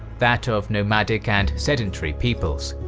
that of nomadic and sedentary peoples.